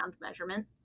measurement